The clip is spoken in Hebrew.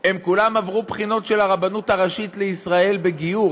הם כולם עברו בחינות של הרבנות הראשית לישראל בגיור.